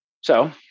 So-